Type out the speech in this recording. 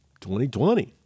2020